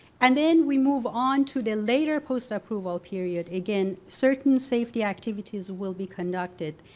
and then we move on to the later post-approval period, again certain safety activities will be conducted,